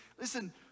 listen